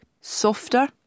softer